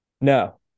No